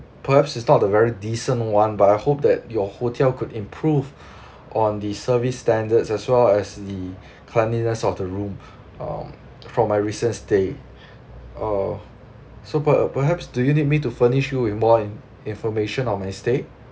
perhaps is not a very decent one but I hope that your hotel could improve on the service standards as well as the cleanliness of the room um from my recent stay uh so per~ perhaps do you need me to furnish you with more in~ information on my stay